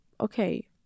okay